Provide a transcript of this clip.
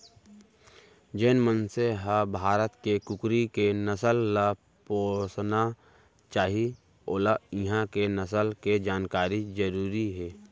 जेन मनसे ह भारत के कुकरी के नसल ल पोसना चाही वोला इहॉं के नसल के जानकारी जरूरी हे